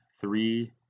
three